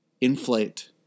inflate